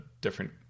different